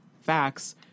facts